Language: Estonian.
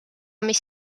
mis